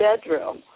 bedroom